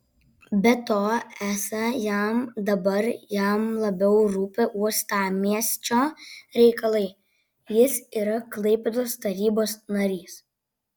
be to esą jam dabar jam labiau rūpi uostamiesčio reikalai jis yra klaipėdos tarybos narys